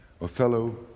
Othello